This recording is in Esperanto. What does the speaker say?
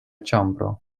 ĉambro